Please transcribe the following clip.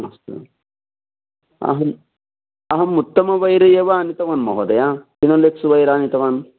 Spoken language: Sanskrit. अस्तु अहम् अहम् उत्तम वैर् एव आनीतवान् महोदय फ़िनोलेक्स् वैर् आनीतवान्